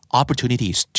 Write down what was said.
opportunities